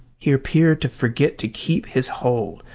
he appeared to forget to keep his hold,